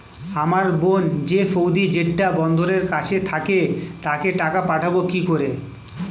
আমার বোন যে সৌদির জেড্ডা বন্দরের কাছে থাকে তাকে টাকা পাঠাবো কি করে?